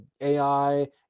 AI